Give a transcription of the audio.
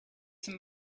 some